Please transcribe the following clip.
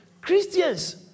Christians